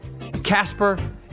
Casper